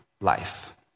Life